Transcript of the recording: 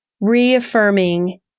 reaffirming